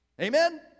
Amen